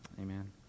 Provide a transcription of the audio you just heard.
Amen